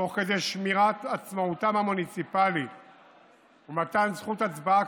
תוך כדי שמירת עצמאותם המוניציפלית ומתן זכות הצבעה